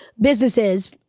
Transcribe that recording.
businesses